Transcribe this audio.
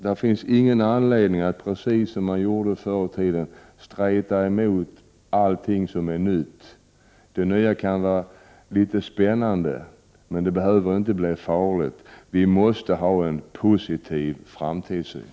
Det finns ingen anledning att, precis som förr i tiden, streta emot allt som är nytt. Det nya kan vara litet spännande, men behöver inte bli farligt. Vi måste ha en positiv framtidssyn!